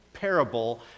parable